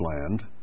land